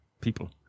people